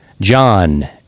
John